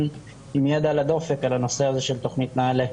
עם יד על הדופק על הנושא הזה של תוכנית נעל"ה.